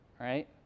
right